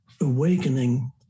awakening